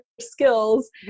skills